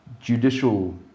judicial